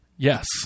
Yes